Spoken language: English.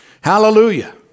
Hallelujah